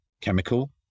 chemical